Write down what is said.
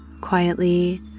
quietly